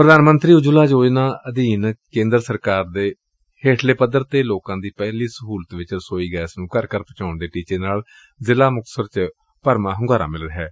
ਪ੍ਰਧਾਨ ਮੰਤਰੀ ਉਜਵਲਾ ਯੋਜਨਾ ਦੇ ਅਧੀਨ ਕੇਦਰ ਸਰਕਾਰ ਦੇ ਹੇਠਲੇ ਪੱਧਰ ਤੇ ਲੋਕਾ ਦੀ ਪਹਿਲੀ ਸਹੁਲਤ ਵਿੱਚ ਰਸੋਈ ਗੈੱਸ ਨੂੰ ਹਰ ਘਰ ਪਹੂੰਚਾਉਣ ਦੇ ਟੀਚੇ ਨੂੰ ਜ਼ਿਲ੍ਹਾ ਮੁਕਤਸਰ ਦੇ ਵਿੱਚ ਭਰਵਾਂ ਹੂੰਗਾਰਾ ਮਿਲ ਰਿਹੈ